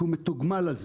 כי הוא מתוגמל על זה.